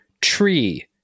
tree